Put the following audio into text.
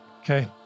Okay